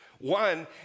One